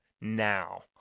now